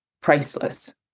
priceless